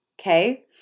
Okay